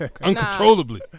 uncontrollably